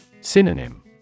Synonym